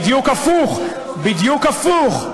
בדיוק הפוך.